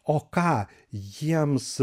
o ką jiems